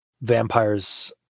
vampires